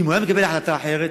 אם הוא היה מקבל החלטה אחרת,